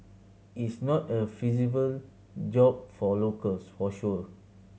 is not a feasible job for locals for sure